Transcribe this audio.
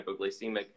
hypoglycemic